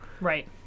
Right